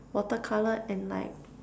water colour and like